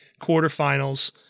quarterfinals